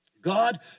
God